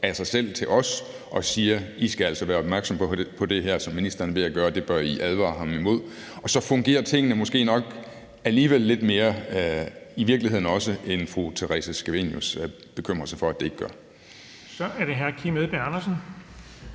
af sig selv til os og siger: I skal altså være opmærksomme på det her, som ministeren er ved at gøre; det bør I advare ham imod. Og så fungerer ting måske nok alligevel også lidt bedre i virkeligheden, end fru Theresa Scavenius bekymrer sig for at de ikke gør. Kl. 19:34 Den fg. formand